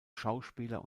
schauspieler